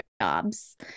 jobs